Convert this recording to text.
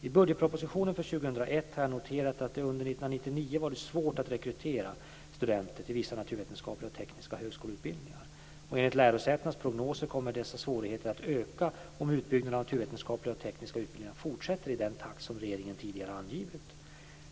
I budgetpropositionen för 2001 har jag noterat att det under 1999 har varit svårt att rekrytera studenter till vissa naturvetenskapliga och tekniska högskoleutbildningar, och enligt lärosätenas prognoser kommer dessa svårigheter att öka om utbyggnaden av naturvetenskapliga och tekniska utbildningar fortsätter i den takt som regeringen tidigare har angivit.